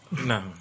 No